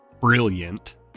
Brilliant